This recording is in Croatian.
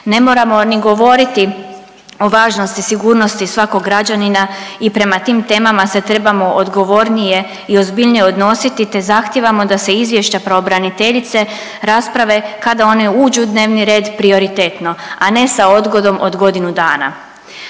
Ne moramo ni govoriti o važnosti sigurnosti svakog građanina i prema tim temama se trebamo odgovornije i ozbiljnije odnositi te zahtijevamo da se izvješća pravobraniteljice rasprave kada one uđu u dnevni red prioritetno, a ne sa odgodom od godinu dana.